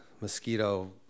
mosquito